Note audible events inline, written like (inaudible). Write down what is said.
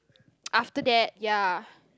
(noise) after that ya